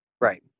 Right